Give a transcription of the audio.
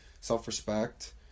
self-respect